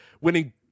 winning